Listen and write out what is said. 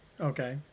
Okay